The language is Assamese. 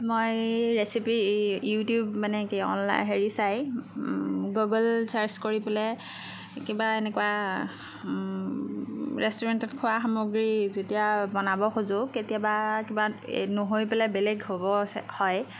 মই ৰেচিপি ইউটিউব মানে কি অনলাইন হেৰি চাই গুগল চাৰ্ছ কৰি পেলাই কিবা এনেকুৱা ৰেষ্টুৰেণ্টত খোৱা সামগ্ৰী যেতিয়া বনাব খোজোঁ কেতিয়াবা কিবা এই নহৈ পেলাই বেলেগ হ'ব হয়